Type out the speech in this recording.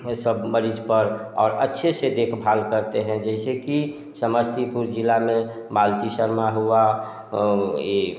वे सब मरीज पर और अच्छे से देखभाल करते हैं जैसे कि समस्तीपुर जिला में मालती शर्मा हुआ ये